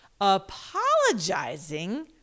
apologizing